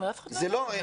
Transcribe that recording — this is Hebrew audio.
אבל אף אחד לא אמר את זה.